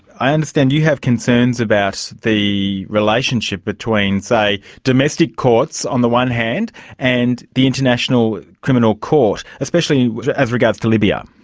i understand you have concerns about the relationship between, say, domestic courts on the one hand and the international criminal court, especially as regards to libya?